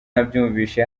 nabyumvise